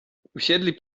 usiedli